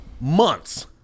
months